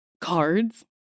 cards